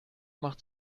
macht